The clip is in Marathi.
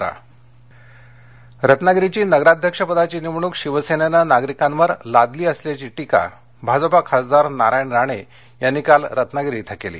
राणे रत्नागिरी रत्नागिरीची नगराध्यक्ष पदाची निवडणूक शिवसेनेनं नागरिकांवर लादली असल्याची टिका भाजपा खासदार नारायण राणे यांनी काल रत्नागिरी इथं केली